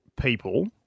people